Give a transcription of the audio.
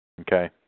Okay